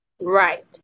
Right